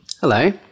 Hello